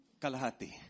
kalahati